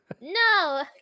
no